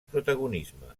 protagonisme